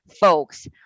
folks